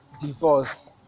Divorce